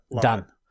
Done